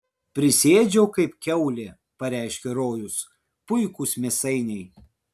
prisiėdžiau kaip kiaulė pareiškė rojus puikūs mėsainiai